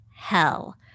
hell